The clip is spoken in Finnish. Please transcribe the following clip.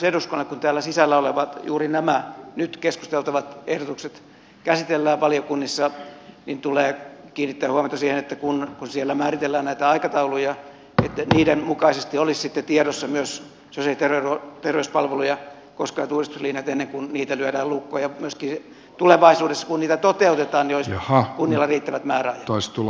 kun täällä sisällä olevat juuri nämä nyt keskusteltavat ehdotukset käsitellään valiokunnissa niin tulee kiinnittää huomiota siihen että kun siellä määritellään näitä aikatauluja niin niiden mukaisesti olisivat sitten tiedossa myös sosiaali ja terveyspalveluja koskevat uudistuslinjat ennen kuin niitä lyödään lukkoon ja myöskin tulevaisuudessa kun niitä toteutetaan olisi kunnilla riittävät määräajat